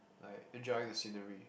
like enjoying the scenery